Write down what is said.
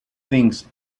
things